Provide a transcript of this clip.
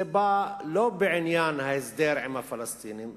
זה בא לא בעניין ההסדר עם הפלסטינים,